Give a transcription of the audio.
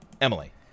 Emily